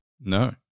No